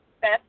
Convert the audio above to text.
Beth